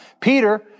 Peter